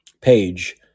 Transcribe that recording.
Page